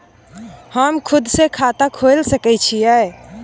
हम खुद से खाता खोल सके छीयै?